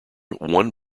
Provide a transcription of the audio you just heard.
one